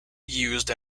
used